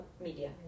media